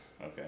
Okay